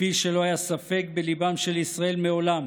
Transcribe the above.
כפי שלא היה ספק בליבם של ישראל מעולם